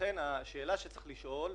לכן השאלה שצריך לשאול,